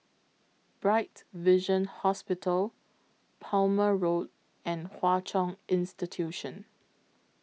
Bright Vision Hospital Plumer Road and Hwa Chong Institution